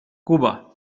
cuba